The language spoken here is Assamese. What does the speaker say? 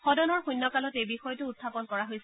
সদনৰ শূন্য কালত এই বিষয়টো উখাপন কৰা হৈছিল